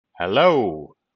Hello